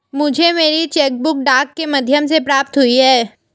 मुझे मेरी cheque book डाक के माध्यम से प्राप्त हुई है